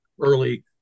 early